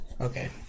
Okay